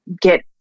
get